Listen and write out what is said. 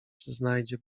znajdzie